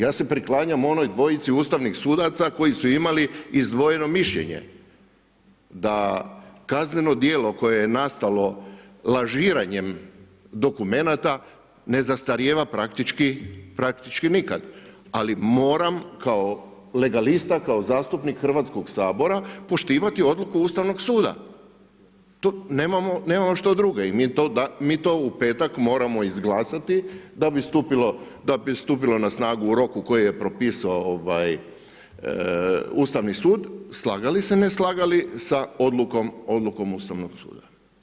Ja se priklanjam onoj dvojici ustavnim sudaca koji su imali izdvojeno mišljenje da kazneno djelo koje je nastalo lažiranjem dokumenata ne zastarijeva praktički nikad ali moram kao legalista, kao zastupnik Hrvatskog sabora poštivati odluku Ustavnog suda i nemamo što druge i mi to u petak moramo izglasati da bi stupilo na snagu u roku koji je propisao Ustavni sud, slagali se, ne slagali sa odlukom Ustavnog suda.